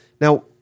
now